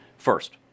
First